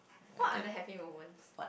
what are the happy moments